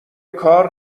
کار